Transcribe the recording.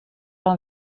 aan